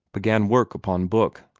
began work upon book.